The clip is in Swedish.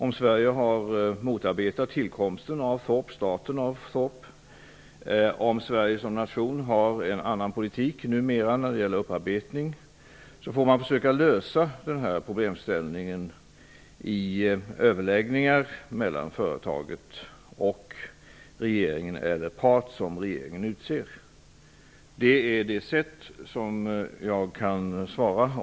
Om vi har motarbetat tillkomsten och starten av upparbetningsanläggningen Thorp och om Sverige som nation numera har en annan politik när det gäller upparbetning av använt kärnbränsle får man försöka lösa detta problem i överläggningar mellan företaget, och regeringen, eller part som regeringen utser. Det är mitt officiella svar.